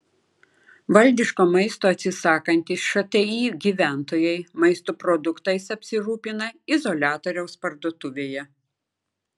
valdiško maisto atsisakantys šti gyventojai maisto produktais apsirūpina izoliatoriaus parduotuvėje